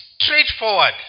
straightforward